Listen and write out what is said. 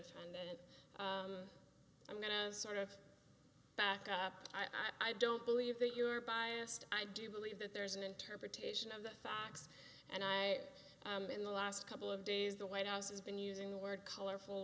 it and it i'm going to sort of back up i don't believe that you are biased i do believe that there is an interpretation of the facts and i in the last couple of days the white house has been using the word colorful